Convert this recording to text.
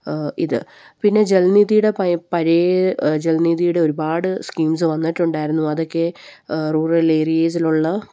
ഇത് പിന്നെ ജലനിധിയുടെ പഴയ ജലനിധിയുടെ ഒരുപാട് സ്കീംസ് വന്നിട്ടുണ്ടായിരുന്നു അതൊക്കെ റൂറൽ ഏരിയാസിലുള്ള